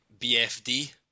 BFD